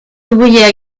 ouvriers